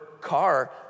car